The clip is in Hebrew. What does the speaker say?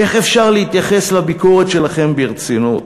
איך אפשר להתייחס לביקורת שלכם ברצינות